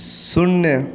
शून्य